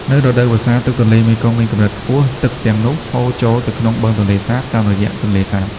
នៅរដូវវស្សា ទឹកទន្លេមេគង្គមានកម្រិតខ្ពស់ ទឹកទាំងនោះហូរចូលទៅក្នុងបឹងទន្លេសាបតាមរយៈទន្លេសាប។